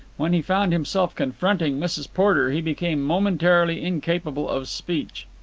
when he found himself confronting mrs. porter he became momentarily incapable of speech.